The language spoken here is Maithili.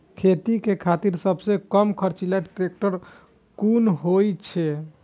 खेती के खातिर सबसे कम खर्चीला ट्रेक्टर कोन होई छै?